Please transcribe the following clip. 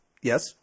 Yes